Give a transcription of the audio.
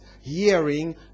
hearing